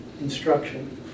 instruction